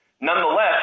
Nonetheless